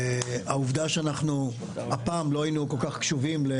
העובדה שהפעם לא היינו קשובים כל-כך